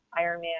Ironman